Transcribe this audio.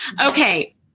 Okay